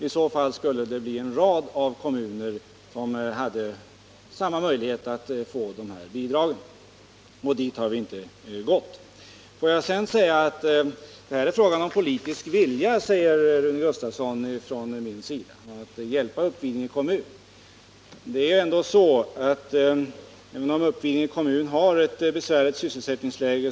I så fall skulle flera kommuner ha samma möjlighet att få just dessa bidrag, då de är jämförbara med Uppvidinge. Rune Gustavsson säger sedan att det här är fråga om politisk vilja att hjälpa Uppvidinge kommun. Den här kommunen har ett besvärligt sysselsättningsläge.